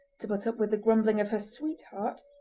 to put up with the grumbling of her sweetheart,